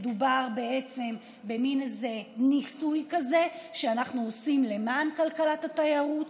ומדובר בעצם במין ניסוי כזה שאנחנו עושים למען כלכלת התיירות,